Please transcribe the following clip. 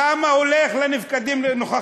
כמה הולך לנוכחים-נפקדים?